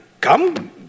come